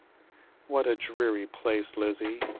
what a dreary place, lizzie!